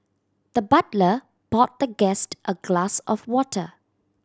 the butler poured the guest a glass of water